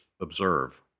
observe